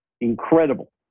incredible